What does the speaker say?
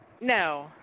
no